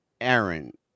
Aaron